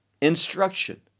instruction